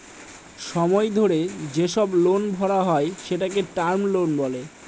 সময় ধরে যেসব লোন ভরা হয় সেটাকে টার্ম লোন বলে